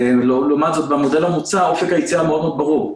לעומת זה במודל המוצע אופק היציאה מאוד מאוד ברור.